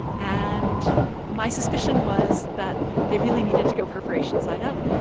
and my suspicion was that they really needed to go perforation side up.